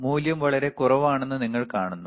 മൂല്യം വളരെ കുറവാണെന്ന് നിങ്ങൾ കാണുന്നു